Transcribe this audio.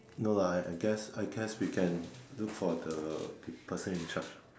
no lah I guess I guess we can look for the person in charge ah